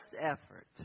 effort